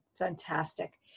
fantastic